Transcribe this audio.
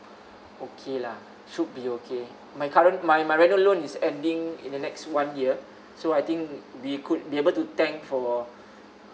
okay lah should be okay my current my my reno loan is ending in the next one year so I think we could we're able to tank for